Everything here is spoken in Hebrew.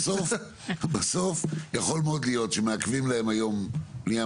בסוף בסוף יכול מאוד להיות שמעכבים להם היום במקומות